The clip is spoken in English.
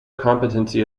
competency